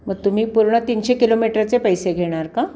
मग तुम्ही पूर्ण तीनशे किलोमीटरचे पैसे घेणार का